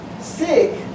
sick